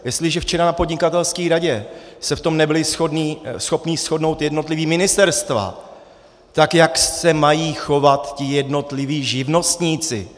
Jestliže včera na Podnikatelské radě se v tom nebyla schopna shodnout jednotlivá ministerstva, tak jak se mají chovat ti jednotliví živnostníci?